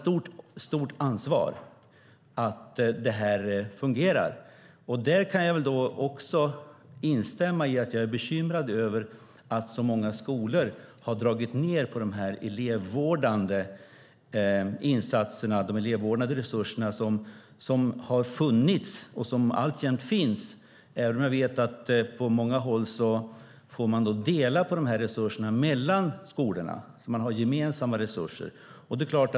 De har ett stort ansvar att se till att de uppgifterna fungerar. Jag kan instämma i att skolorna har dragit ned på resurserna för de elevvårdande insatserna. De har funnits och finns alltjämt, även om jag vet att skolorna på många håll får dela på resurserna - de har gemensamma resurser.